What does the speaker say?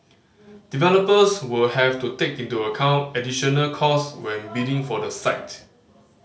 developers will have to take into account additional cost when bidding for the site